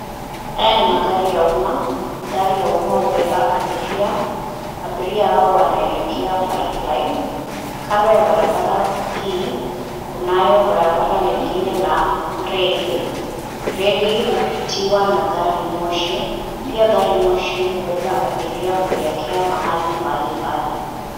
Haya ni magari ya umma. Magari ya umma hubeba abiria. Abiria hawa wanaelekea pipeline . Kanado ya barabara hii, kunayo barabara lingine la reli. Reli hupitiwa na gari moshi, pia gari moshi hubeba abiria kuelekea mahali mbalimbali.